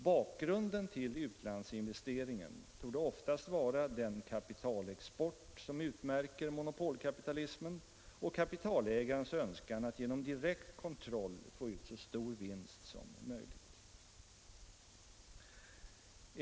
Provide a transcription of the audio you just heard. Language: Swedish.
Bakgrunden till utlandsinvesteringen torde oftast vara den kapitalexport som utmärker monopolkapitalismen och kapitalägarens önskan att genom direkt kontroll få ut så stor vinst som möjligt.